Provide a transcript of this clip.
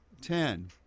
Ten